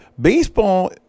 baseball